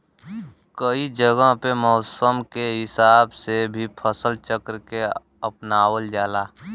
कई जगह पे मौसम के हिसाब से भी फसल चक्र के अपनावल जाला